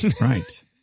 Right